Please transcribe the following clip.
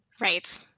right